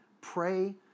pray